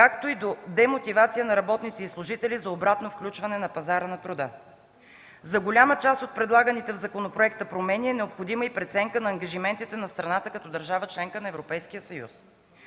както и до демотивация на работниците и служителите за обратно включване на пазара на труда. За голяма част от предлаганите в законопроекта промени е необходима и преценка на ангажиментите на страната като държава-членка на Европейския съюз.